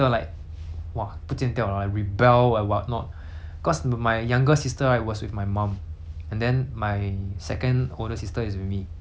cause my younger sister right was with my mum and then my second older sister is with me right so with my dad lah so after that